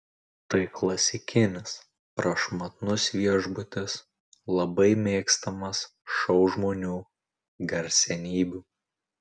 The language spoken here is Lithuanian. tai klasikinis prašmatnus viešbutis labai mėgstamas šou žmonių garsenybių